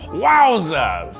wowza,